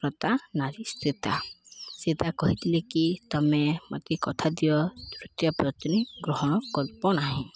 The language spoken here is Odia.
ବ୍ରତା ନାରୀ ସୀତା ସୀତା କହିଥିଲେ କି ତମେ ମୋତେ କଥା ଦିଅ ତୃତୀୟ ପତ୍ନୀ ଗ୍ରହଣ କରିବ ନାହିଁ